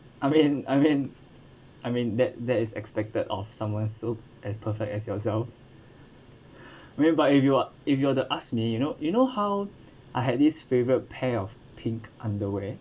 I mean I mean I mean that that is expected of someone so as perfect as yourself whereby if you are if you were to ask me you know you know how I had this favourite pair of pink underwear